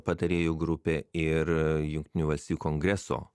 patarėjų grupė ir jungtinių valstijų kongreso